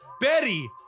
Betty